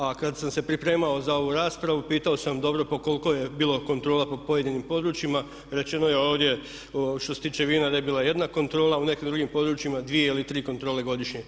A kada sam se pripremao za ovu raspravu pitao sam dobro pa koliko je bilo kontrola po pojedinim područjima, rečeno je ovdje, što se tiče vina da je bila jedna kontrola a u nekim drugim područjima dvije ili tri kontrole godišnje.